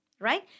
right